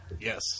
Yes